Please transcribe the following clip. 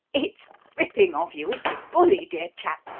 it's ripping of you it's bully, dear chap